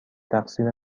تقصیر